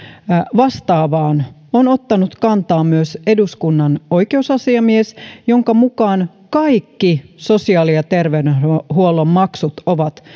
vastaavaan on ottanut kantaa myös eduskunnan oikeusasiamies jonka mukaan kaikki sosiaali ja terveydenhuollon maksut ovat